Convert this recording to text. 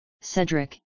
Cedric